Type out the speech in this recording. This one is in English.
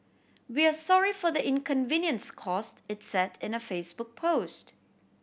we are sorry for the inconvenience caused it said in a Facebook post